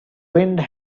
wind